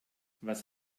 was